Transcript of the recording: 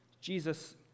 Jesus